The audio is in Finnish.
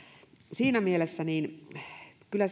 siinä mielessä kyllä